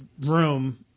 room